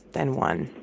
then one,